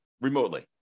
remotely